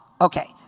Okay